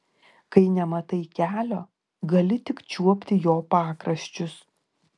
kai nematai kelio gali tik čiuopti jo pakraščius